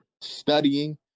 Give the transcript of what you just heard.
studying